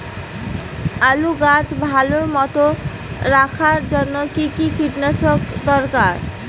আলুর গাছ ভালো মতো রাখার জন্য কী কী কীটনাশক দরকার?